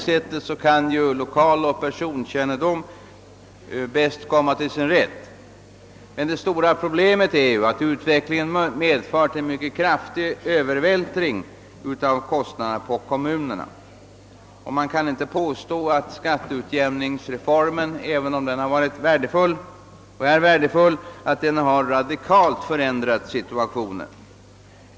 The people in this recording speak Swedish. Härigenom kan lokaloch personkännedom bäst komma till sin rätt. Men det stora problemet är att utvecklingen medfört en mycket kraftig övervältring av kostnaderna på kommunerna, och man kan inte påstå att skatteutjämningsreformen även om den är värdefull — radikalt har förändrat situationen.